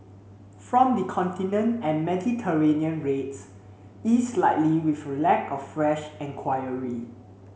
from the Continent and Mediterranean rates eased slightly with a lack of fresh enquiry